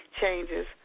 changes